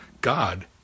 God